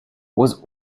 was